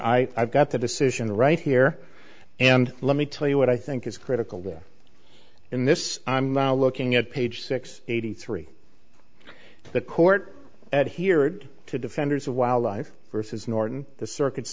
i got the decision right here and let me tell you what i think is critical in this i'm now looking at page six eighty three to the court and hear it to defenders of wildlife versus norton the circuit